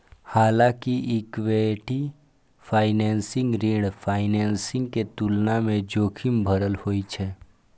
हालांकि equity financing ऋण financing के तुलना मे जोखिम भरल होइ छै